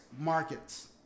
markets